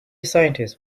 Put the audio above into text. scientists